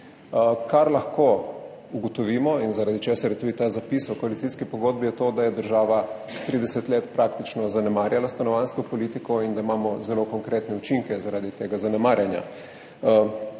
Kar lahko ugotovimo in zaradi česar je tudi ta zapis v koalicijski pogodbi, je to, da je država trideset let praktično zanemarjala stanovanjsko politiko in da imamo zelo konkretne učinke zaradi tega zanemarjanja.